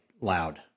loud